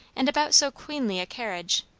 and about so queenly a carriage,